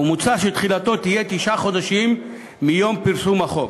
ומוצע שתחילתו תהיה תשעה חודשים מיום פרסום החוק.